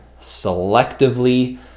selectively